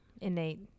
Innate